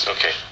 Okay